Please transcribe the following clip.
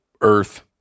earth